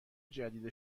جدید